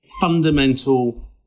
fundamental